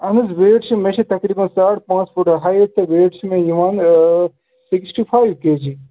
اہن حظ ویٹ چھِ مےٚ چھِ تقریٖباً ساڑ پانٛژھ فُٹ ہایِٹ تہٕ ویٹ چھِ مےٚ یِوان سِکسٹی فایِو کے جی